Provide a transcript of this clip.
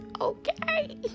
Okay